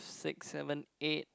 six seven eight